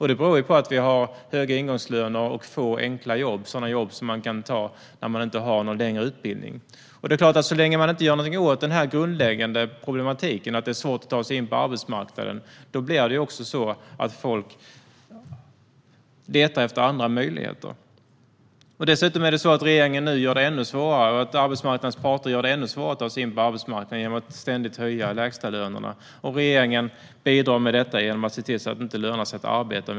Det beror på att vi har höga ingångslöner och få enkla jobb, alltså sådana jobb som man kan ta när man inte har en längre utbildning. Så länge inget görs åt denna grundläggande problematik, att det är svårt att ta sig in på arbetsmarknaden, letar folk efter andra möjligheter. Dessutom gör arbetsmarknadens parter det ännu svårare att ta sig in på arbetsmarknaden genom att ständigt höja lägstalönerna, och regeringens höga skatter bidrar till att det inte lönar sig att arbeta.